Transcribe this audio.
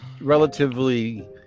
relatively